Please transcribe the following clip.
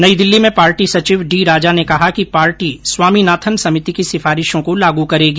नई दिल्ली में पार्टी सचिव डी राजा ने कहा कि पार्टी स्वामीनाथन समिति की सिफारिशों को लागू करेगी